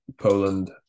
Poland